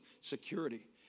security